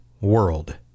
world